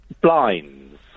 blinds